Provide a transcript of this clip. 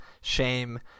*Shame*